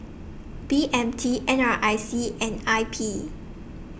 B M T N R I C and I P